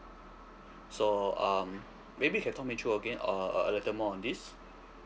so um maybe you can talk me through again uh a a little more on this